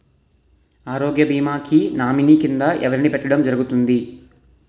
ఆరోగ్య భీమా కి నామినీ కిందా ఎవరిని పెట్టడం జరుగతుంది?